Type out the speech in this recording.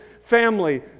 family